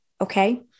okay